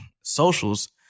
socials